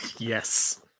Yes